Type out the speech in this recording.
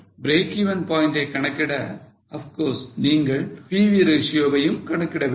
breakeven point ஐ கணக்கிட of course நீங்கள் PV ratio வையும் கணக்கிட வேண்டும்